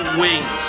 wings